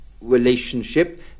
relationship